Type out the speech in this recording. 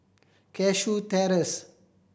Cashew Terrace